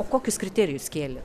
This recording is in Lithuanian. o kokius kriterijus kėlėt